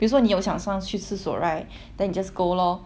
比如说你有想上去厕所 right then you just go lor